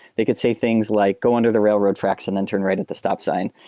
they could say things like, go under the railroad tracks and then turn right at the stop sign.